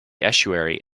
estuary